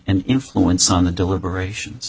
an influence on the deliberations